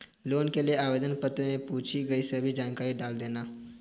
loan के लिए आवेदन पत्र में पूछी गई सभी जानकारी डाल देना